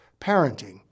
parenting